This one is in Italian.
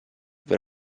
per